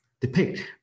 depict